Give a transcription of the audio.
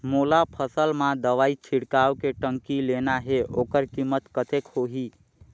मोला फसल मां दवाई छिड़काव के टंकी लेना हे ओकर कीमत कतेक होही?